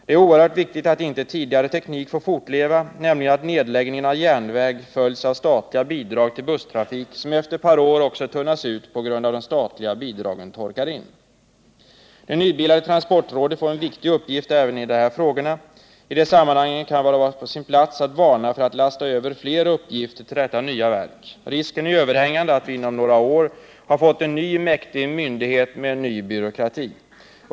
Det är oerhört viktigt att inte tidigare teknik får fortleva, nämligen att nedläggningen av järnväg följs av statliga bidrag till busstrafik som efter ett par år också tunnas ut på grund av att de statliga bidragen torkar in. Det nybildade transportrådet får en viktig uppgift även i dessa frågor. I det sammanhanget kan det vara på sin plats att varna för att lasta över fler uppgifter på detta nya verk. Risken är överhängande för att vi inom några år får en ny mäktig myndighet med ny byråkrati.